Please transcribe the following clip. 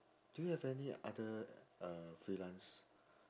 do you have any other uh freelance